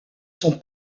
son